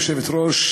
גברתי היושבת-ראש,